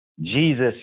Jesus